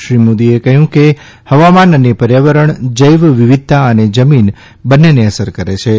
શ્રી મોદીએ કહ્યું કે હવામાન અને પર્યાવરણ જૈવવિવિધતા અને જમીન બંનેને અસર કરેછે